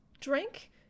drink